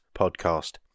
podcast